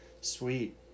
Sweet